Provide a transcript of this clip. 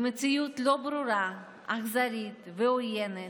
במציאות לא ברורה, אכזרית ועוינת,